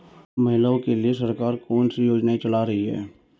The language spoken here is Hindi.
महिलाओं के लिए सरकार कौन सी योजनाएं चला रही है?